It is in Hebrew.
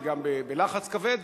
וגם בלחץ כבד.